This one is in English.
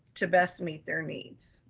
to best meet their needs.